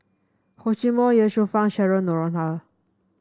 Hor Chim Or Ye Shufang Cheryl Noronha